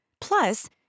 Plus